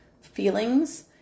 feelings